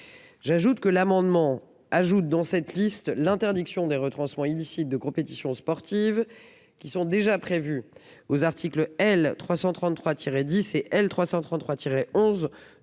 J'ajoute que l'amendement ajoute dans cette liste, l'interdiction des retranchements illicite de compétitions sportives. Qui sont déjà prévues aux articles L. 333